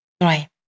Right